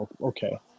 okay